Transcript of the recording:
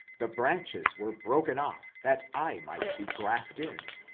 the branches were broken off, that i might be graffed in.